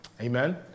Amen